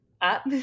up